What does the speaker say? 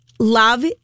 Love